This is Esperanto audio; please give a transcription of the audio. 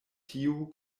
tiu